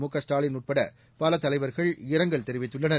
முக ஸ்டாலின் உட்பட பல தலைவர்கள் இரங்கல் தெரிவித்துள்ளனர்